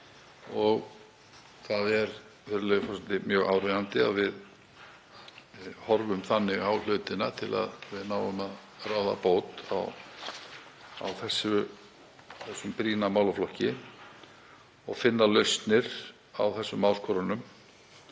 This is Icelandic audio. forseti, mjög áríðandi að við horfum þannig á hlutina til að við náum að ráða bót á þessum brýna málaflokki og finna lausnir á þessum áskorunum.